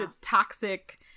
toxic